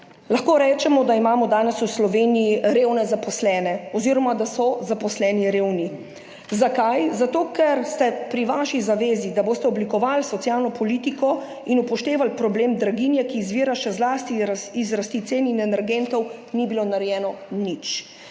Lahko rečemo, da imamo danes v Sloveniji revne zaposlene oziroma da so zaposleni revni. Zakaj? Zato, ker ste pri vaši zavezi, da boste oblikovali socialno politiko in upoštevali problem draginje, ki izvira še zlasti iz rasti cen in energentov, ni bilo narejeno nič.